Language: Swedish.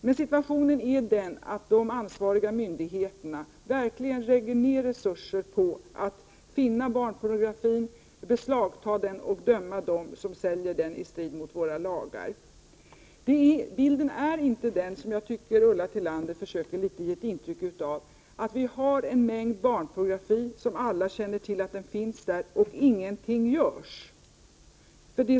Men situationen är den att de ansvariga myndigheterna verkligen lägger ned resurser på att finna barnpornografin, beslagta den och döma dem som säljer den i strid mot våra lagar. Bilden är inte den som jag tycker att Ulla Tillander försöker ge intryck av, att vi har en mängd barnpornografi, att alla känner till att den finns och att ingenting görs.